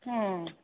ꯎꯝ